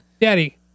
Daddy